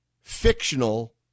fictional